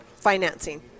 financing